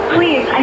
Please